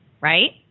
right